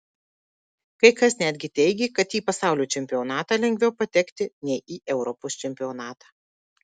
kai kas netgi teigė kad į pasaulio čempionatą lengviau patekti nei į europos čempionatą